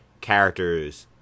characters